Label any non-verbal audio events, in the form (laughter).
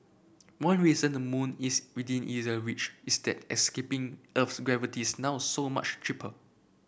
one reason the moon is within easier reach is that escaping (unintelligible) gravity's now so much cheaper